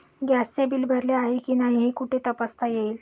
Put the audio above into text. गॅसचे बिल भरले आहे की नाही हे कुठे तपासता येईल?